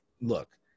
look